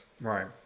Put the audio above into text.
Right